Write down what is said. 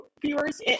viewers